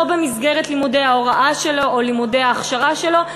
לא במסגרת לימודי ההוראה שלו או לימודי ההכשרה שלו,